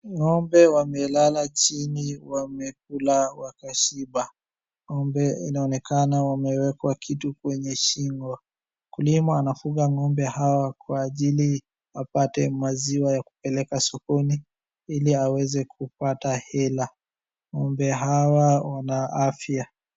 Ng'ombe wamelala chini wamekula wakashiba. Ng'ombe inaonekana wamewekwa kitu kwenye shingo. Mkulima anafuga ng'ombe hawa kwa ajili apate maziwa ya kupeleka sokoni ili aweze kupata hela. Ng'ombe hawa wana afya.